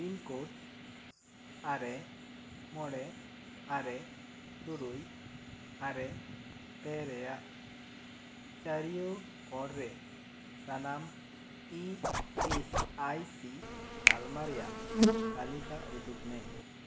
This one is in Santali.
ᱯᱤᱱ ᱠᱳᱰ ᱟᱨᱮ ᱢᱚᱬᱮ ᱟᱨᱮ ᱛᱩᱨᱩᱭ ᱟᱨᱮ ᱯᱮ ᱨᱮᱭᱟᱜ ᱪᱟᱹᱨᱭᱳ ᱠᱚᱬᱨᱮ ᱥᱟᱱᱟᱢ ᱤ ᱮᱥ ᱟᱭ ᱥᱤ ᱛᱟᱞᱢᱟ ᱨᱮᱭᱟᱜ ᱛᱟᱞᱤᱠᱟ ᱩᱫᱩᱜᱽ ᱢᱮ